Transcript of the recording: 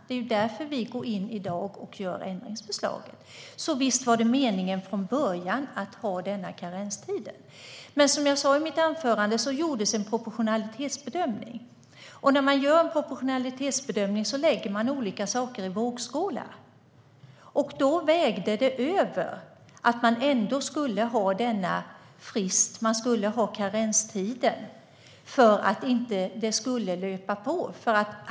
Det är därför vi går in i dag och lägger fram ändringsförslaget. Visst var det alltså meningen från början att ha karenstiden, men som jag sa i mitt anförande gjordes en proportionalitetsbedömning. När man gör en proportionalitetsbedömning lägger man olika saker i vågskålarna. Då vägde det över att man skulle ha denna frist - man skulle ha karenstiden - för att det inte skulle löpa på.